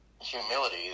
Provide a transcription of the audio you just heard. humility